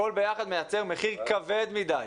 הכול ביחד מייצר מחיר כבד מדי.